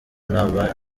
nama